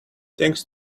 thanks